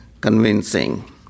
convincing